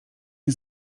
nie